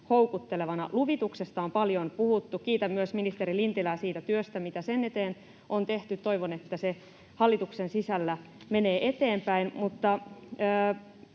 houkuttelevana. Luvituksesta on paljon puhuttu. Kiitän ministeri Lintilää myös siitä työstä, mitä sen eteen on tehty. Toivon, että se menee hallituksen sisällä eteenpäin.